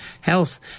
Health